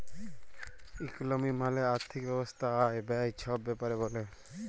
ইকলমি মালে আথ্থিক ব্যবস্থা আয়, ব্যায়ে ছব ব্যাপারে ব্যলে